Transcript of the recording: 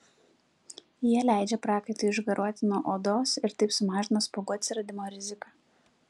jie leidžia prakaitui išgaruoti nuo odos ir taip sumažina spuogų atsiradimo riziką